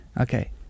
Okay